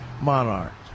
monarchs